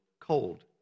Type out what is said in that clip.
cold